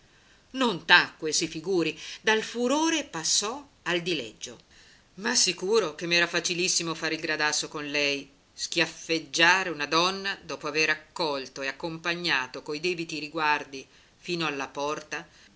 non tacque si figuri dal furore passò al dileggio ma sicuro che m'era facilissimo fare il gradasso con lei schiaffeggiare una donna dopo aver accolto e accompagnato coi debiti riguardi fino ala porta